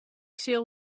sil